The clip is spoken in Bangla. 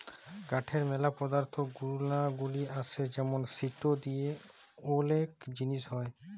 কাঠের ম্যালা পদার্থ গুনাগলি আসে যেমন সিটো দিয়ে ওলেক জিলিস হ্যয়